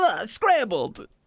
scrambled